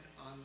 on